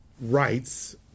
rights